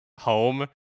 home